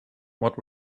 what